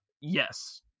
yes